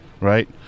Right